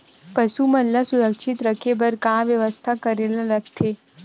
पशु मन ल सुरक्षित रखे बर का बेवस्था करेला लगथे?